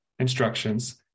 instructions